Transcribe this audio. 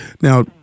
Now